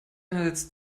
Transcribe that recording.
einerseits